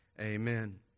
amen